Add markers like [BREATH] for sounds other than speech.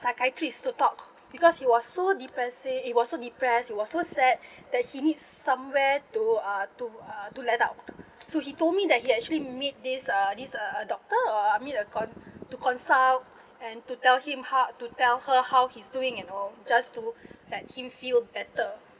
psychiatrists to talk because it was so depressing it was so depressed it was so sad [BREATH] that he needs somewhere to uh to uh to let out so he told me that he actually meet this uh this uh a a doctor or uh I mean a con~ to consult and to tell him how to tell her how he's doing and all just to [BREATH] let him feel better